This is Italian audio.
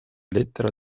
lettera